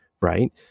right